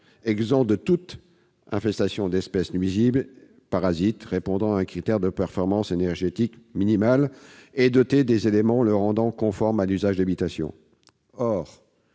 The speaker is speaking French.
exempt de toute infestation d'espèces nuisibles et parasites, répondant à un critère de performance énergétique minimale et doté des éléments le rendant conforme à l'usage d'habitation. »